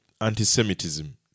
anti-Semitism